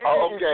Okay